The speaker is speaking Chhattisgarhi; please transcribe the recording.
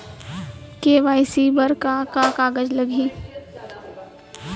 के.वाई.सी बर का का कागज लागही?